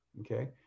okay